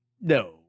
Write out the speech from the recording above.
No